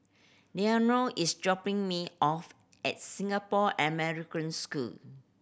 Lenore is dropping me off at Singapore American School